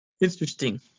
interesting